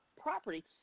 property